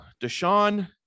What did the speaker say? Deshaun